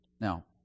Now